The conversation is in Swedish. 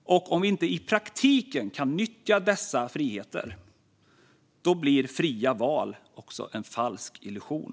Om vi inte i praktiken kan nyttja dessa friheter blir fria val en falsk illusion.